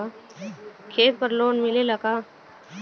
खेत पर लोन मिलेला का?